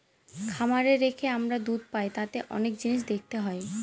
খামারে রেখে আমরা দুধ পাই তাতে অনেক জিনিস দেখতে হয়